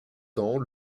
temps